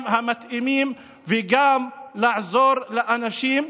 את המכסות של המים המתאימות וגם לעזור לאנשים.